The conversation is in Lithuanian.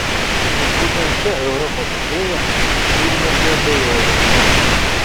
ir būtent šia europos idėja filme suabejojama